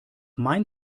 mein